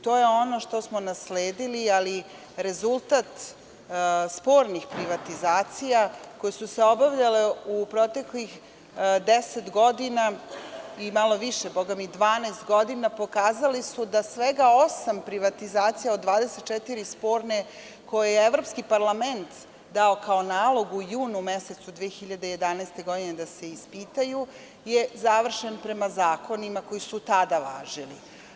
To je ono što smo nasledili, ali rezultat spornih privatizacija koje su se obavljale u proteklih 10 godina i malo više, bogami i 12 godina, pokazao je da je svega osam privatizacija od 24 sporne, koje je Evropski parlament dao kao nalog u junu mesecu 2011. godine da se ispitaju, završeno prema zakonima koji su tada važili.